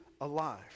alive